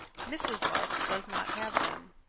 mrs. lark does not have them.